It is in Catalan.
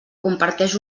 comparteix